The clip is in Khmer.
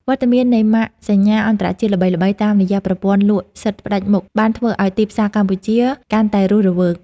វត្តមាននៃម៉ាកសញ្ញាអន្តរជាតិល្បីៗតាមរយៈប្រព័ន្ធលក់សិទ្ធិផ្តាច់មុខបានធ្វើឱ្យទីផ្សារកម្ពុជាកាន់តែរស់រវើក។